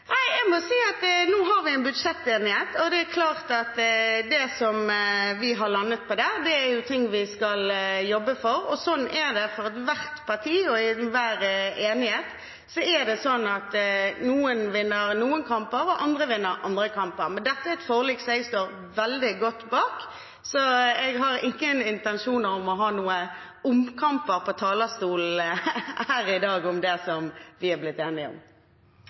som vi har landet på der, er ting vi skal jobbe for. For ethvert parti og i enhver enighet er det sånn at noen vinner noen kamper, og andre vinner andre kamper. Men dette er et forlik som jeg står veldig godt bak, så jeg har ingen intensjoner om å ha noen omkamper på talerstolen her i dag om det som vi er blitt enige om.